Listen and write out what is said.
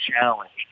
challenged